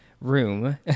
room